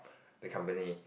the company